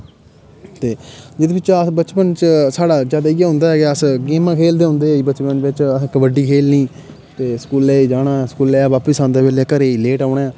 ते एह्दे बिच्चा अस बचपन च साढ़ा जादा इ'यै होंदा कि अस गेमां खेलदे हुंदे हे बचपन बिच्च असें कबड़्डी खेलनी ते स्कूलै जाना स्कूलै बापस आंदे बेल्लै घरै गी लेट औना